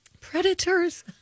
Predators